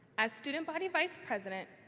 as student body vice president,